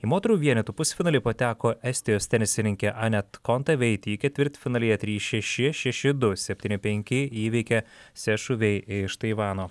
į moterų vienetų pusfinalį pateko estijos tenisininkė anet kontaveit ji ketvirtfinalyje trys šeši šeši du septyni penki įveikė se šuvei iš taivano